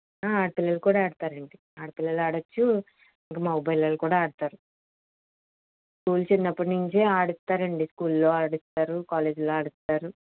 ఆడపిల్లలు కూడా ఆడతారు అండి ఆడపిల్లలు ఆడవచ్చు ఇంకా మగ పిల్లలు కూడా ఆడతారు స్కూల్ చిన్నప్పటి నుంచి ఆడిస్తారండి స్కూల్లో ఆడిస్తారు కాలేజీలో ఆడిస్తారు